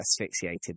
asphyxiated